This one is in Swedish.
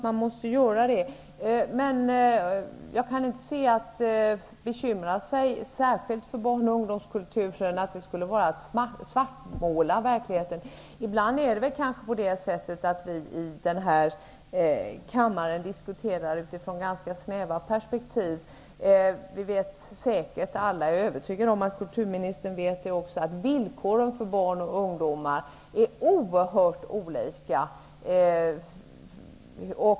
Men jag kan inte se att det skulle vara att svartmåla verkligheten, om man särskilt bekymrar sig om barn och ungdomskulturen. Ibland diskuterar vi här i kammaren utifrån kanske ganska snäva perspektiv. Alla -- och också kulturministern -- är övertygade om att villkoren för barn och ungdomar är oerhört olika.